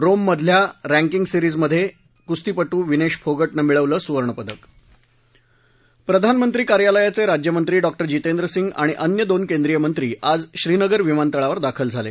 रोममधील ranking सेरिजमधे कुस्तीप विनेश फोग जे मिळवलं सुवर्णपदक प्रधानमंत्री कार्यालयाचे राज्यमंत्री डॉक्टरे जितेंद्र सिंग आणि अन्य दोन केंद्रीय मंत्री आज श्रीनगर विमानतळावर दाखल झाले